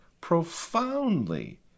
profoundly